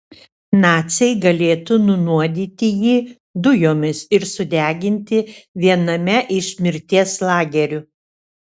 naciai galėtų nunuodyti jį dujomis ir sudeginti viename iš mirties lagerių